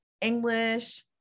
English